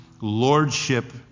lordship